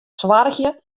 soargje